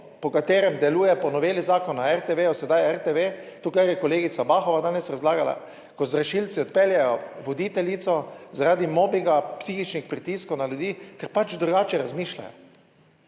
po katerem deluje po noveli Zakona o RTV, sedaj je RTV to kar je kolegica Bahova danes razlagala, ko z rešilci odpeljejo voditeljico zaradi mobinga, psihičnih pritiskov na ljudi, ker pač drugače razmišljajo.